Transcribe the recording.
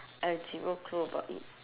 I have zero clue about it